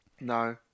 No